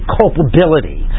culpability